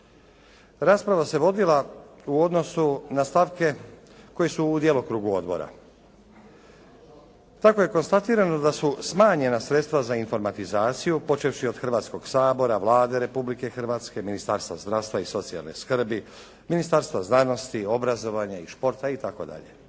Rasprava se vodila u odnosu na stavke koje su u djelokrugu odbora. Tako je konstatirano da su smanjena sredstva za informatizaciju počevši od Hrvatskoga sabora, Vlade Republike Hrvatske, Ministarstva zdravstva i socijalne skrbi, Ministarstva znanosti, obrazovanja i športa itd.